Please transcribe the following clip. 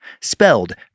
Spelled